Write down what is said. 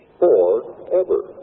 forever